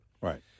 Right